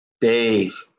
Dave